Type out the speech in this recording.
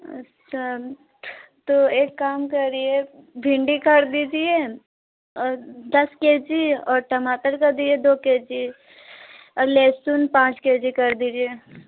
अच्छा तो एक काम करिए भिंडी कर दीजिए और दस केजी और टमाटर कर दीजिए दो केजी और लहसुन पाँच केजी कर दीजिए